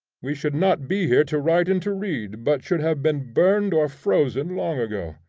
we should not be here to write and to read, but should have been burned or frozen long ago.